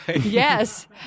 Yes